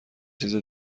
چیز